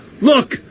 Look